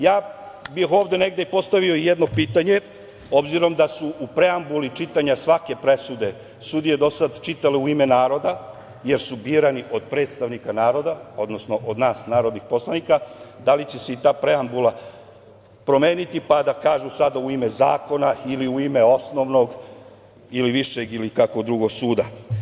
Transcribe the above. Ja bih postavio jedno pitanje, obzirom da su u preambuli čitanja svake presude sudije do sada čitale, u ime naroda, jer su birani od predstavnika naroda, odnosno od nas narodnih poslanika, da li će se i ta preambula promeniti, pa da kažu sada – u ime zakona ili u ime osnovnog ili višeg ili kakvog drugog suda?